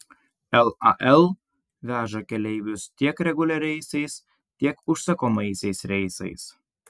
lal veža keleivius tiek reguliariaisiais tiek užsakomaisiais reisais